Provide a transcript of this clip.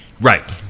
Right